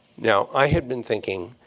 now, i had been thinking,